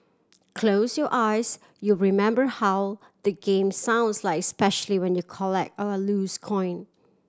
close your eyes you'll remember how the game sounds like especially when you collect or lose coin